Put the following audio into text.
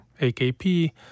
AKP